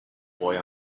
boy